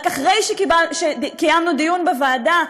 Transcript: רק אחרי שקיימנו דיון בוועדה,